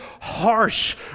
harsh